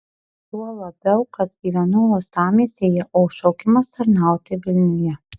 tuo labiau kad gyvenu uostamiestyje o šaukimas tarnauti vilniuje